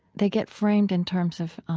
they get framed in terms of,